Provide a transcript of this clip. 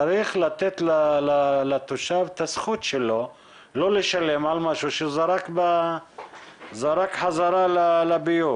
צריך לתת לתושב את הזכות שלו לא לשלם על משהו שהוא זרק חזרה לביוב.